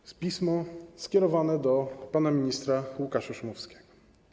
To jest pismo skierowane do pana ministra Łukasza Szumowskiego.